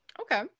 Okay